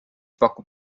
pakub